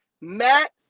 matt